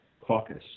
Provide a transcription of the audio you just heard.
caucus